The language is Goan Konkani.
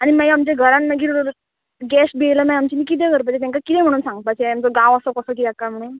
आनी मागीर आमचे घरान मागीर गॅश बी येयल मागीर आमचे न्ही किदें करपाचें तेंकां कितें म्हणून सांगपाचें आमचो गांव असो कसो कित्याक काय म्हणून